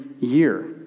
year